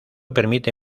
permite